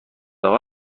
اقا